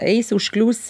eisi užkliūsi